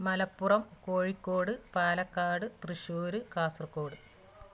Malappuram Kozhikode Palakkad Thrissur Kasaragod